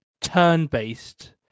turn-based